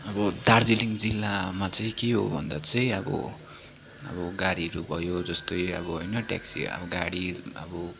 अब दार्जिलिङ जिल्लामा चाहिँ के हो भन्दा चाहिँ अब अब गाडीहरू भयो जस्तै अब होइन ट्याक्सी अब गाडीहरू अब